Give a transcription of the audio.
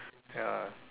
ya